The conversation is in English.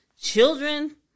Children